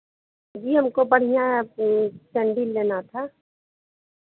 जी हमको बढ़ियाँ सेंडिल लेना था